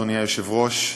אדוני היושב-ראש,